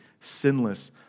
sinless